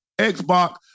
Xbox